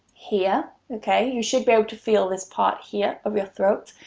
here, okay, you should be able to feel this part here of your throat.